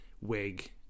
wig